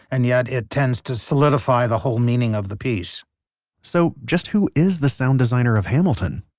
and yet it tends to solidify the whole meaning of the piece so, just who is the sound designer of hamilton?